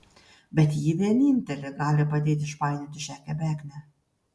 bet ji vienintelė gali padėti išpainioti šią kebeknę